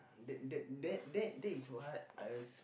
that that that is what I always